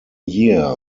year